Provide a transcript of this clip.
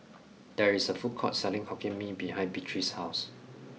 there is a food court selling hokkien mee behind Beatrice's house